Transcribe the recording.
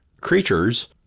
creatures